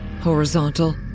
Horizontal